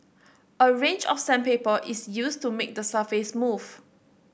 a range of sandpaper is used to make the surface smooth